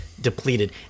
depleted